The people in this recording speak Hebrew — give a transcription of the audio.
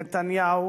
נתניהו